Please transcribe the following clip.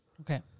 Okay